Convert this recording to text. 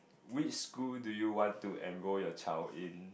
which school do you want to enroll your child in